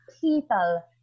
people